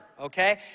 okay